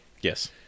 yes